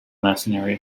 mercenary